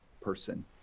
person